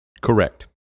Correct